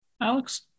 Alex